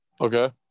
okay